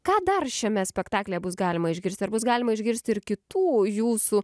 ką dar šiame spektaklyje bus galima išgirsti ar bus galima išgirsti ir kitų jūsų